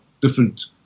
different